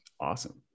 Awesome